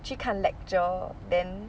去看 lecture then